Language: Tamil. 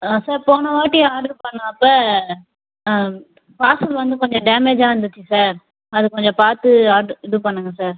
சார் போனவாட்டி ஆட்ரு பண்ணப்போ பார்சல் வந்து கொஞ்சம் டேமேஜாக வந்துச்சு சார் அத கொஞ்சம் பார்த்து அது இது பண்ணுங்கள் சார்